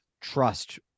trust